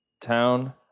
Town